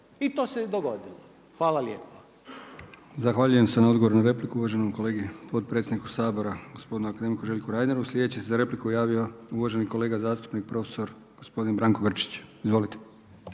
**Brkić, Milijan (HDZ)** Zavaljujem se na odgovoru na repliku uvaženom kolegi potpredsjedniku Sabora gospodinu akademiku Željku Reineru. Sljedeći se za repliku javio uvaženi kolega zastupnik profesor gospodin Branko Grčić. Izvolite.